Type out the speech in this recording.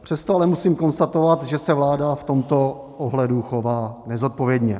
Přesto ale musím konstatovat, že se vláda v tomto ohledu chová nezodpovědně.